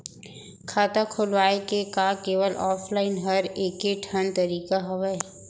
खाता खोलवाय के का केवल ऑफलाइन हर ऐकेठन तरीका हवय?